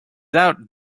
out